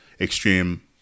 extreme